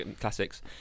classics